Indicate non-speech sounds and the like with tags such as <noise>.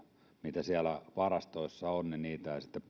mitä siellä varastoissa on ei sitten <unintelligible>